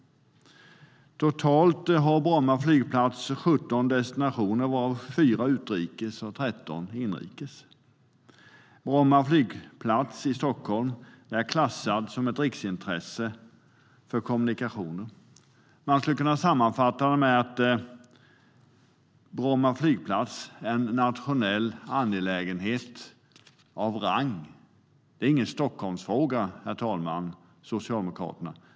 Totalt har Bromma flygplats 17 destinationer, varav 4 utrikes och 13 inrikes. Bromma flygplats i Stockholm är klassad som riksintresse för kommunikationer. Man skulle kunna sammanfatta det som att Bromma flygplats är en nationell angelägenhet av rang. Det är ingen Stockholmsfråga.